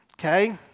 okay